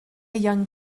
young